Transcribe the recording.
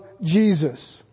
Jesus